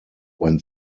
when